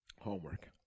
homework